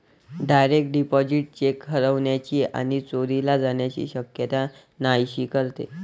direct deposit cheque हरवण्याची आणि चोरीला जाण्याची शक्यता नाहीशी करते